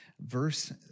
verse